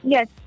Yes